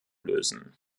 lösen